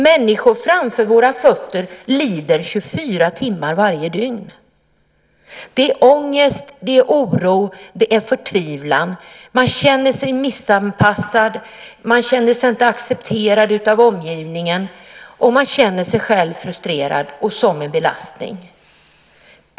Människor framför våra fötter lider 24 timmar varje dygn. Det är ångest, oro och förtvivlan. Man känner sig missanpassad, och man känner sig inte accepterad av omgivningen. Man känner sig frustrerad och som en belastning.